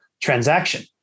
transaction